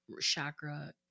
chakra